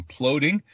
imploding